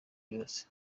yose